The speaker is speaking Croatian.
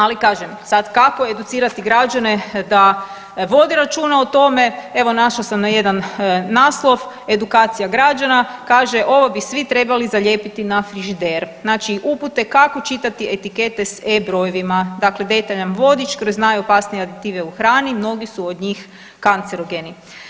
Ali kažem, sad kako educirati građane da vode računa o tome, evo naišla sam na jedan naslov „Edukacija građana“, kaže ovo bi svi trebali zalijepiti na frižider, znači upute kako čitati etikete s E brojevima, dakle detaljan vodič kroz najopasnije aditive u hrani, mnogi su od njih kancerogeni.